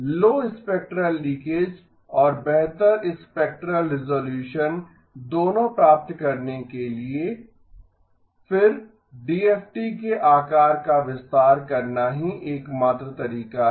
लो spectral leakage और बेहतर spectral resolution दोनों प्राप्त करने के लिए फिर डीएफटी के आकार का विस्तार करना ही एकमात्र तरीका है